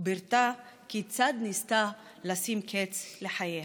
ופירטה כיצד ניסתה לשים קץ לחייה.